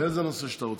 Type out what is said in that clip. איזה נושא שאתה רוצה.